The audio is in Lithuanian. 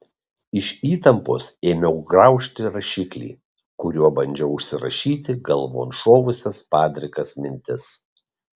iš įtampos ėmiau graužti rašiklį kuriuo bandžiau užsirašyti galvon šovusias padrikas mintis